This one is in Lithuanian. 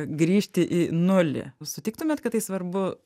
grįžti į nulį sutiktumėt kad tai svarbu